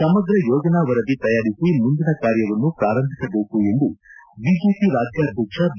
ಸಮಗ್ರ ಯೋಜನಾ ವರದಿ ತಯಾರಿಸಿ ಮುಂದಿನ ಕಾರ್ಯವನ್ನು ಪ್ರಾರಂಭಿಸಬೇಕು ಎಂದು ಬಿಜೆಪಿ ರಾಜ್ಯಾದ್ವಕ್ಷ ಬಿ